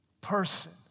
person